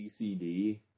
CCD